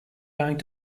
going